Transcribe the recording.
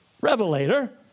Revelator